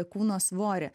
kūno svorį